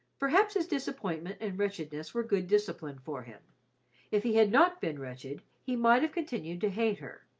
perhaps his disappointment and wretchedness were good discipline for him if he had not been wretched he might have continued to hate her,